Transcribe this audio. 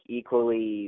equally